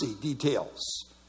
details